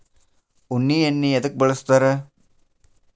ಉಣ್ಣಿ ಎಣ್ಣಿ ಎದ್ಕ ಬಳಸ್ತಾರ್?